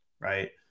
right